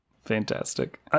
Fantastic